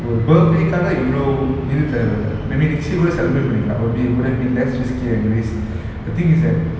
ஒரு:oru birthday காக இவ்ளோ இது தேவை இல்ல:kaga ivlo idhu thevai illa maybe next year கூட:kooda celebrate பண்ணிக்கலாம்:pannikalam less risky anyways the thing is that